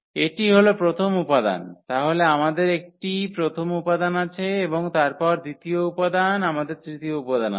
এটি হল প্রথম উপাদান তাহলে আমাদের একটি প্রথম উপাদান আছে এবং তারপর দ্বিতীয় উপাদান আছে আমাদের তৃতীয় উপাদান আছে